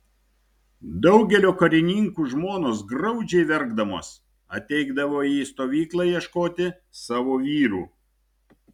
daugelio karininkų žmonos graudžiai verkdamos ateidavo į stovyklą ieškoti savo vyrų